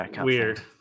weird